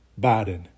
Biden